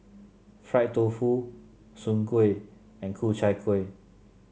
Fried Tofu Soon Kuih and Ku Chai Kueh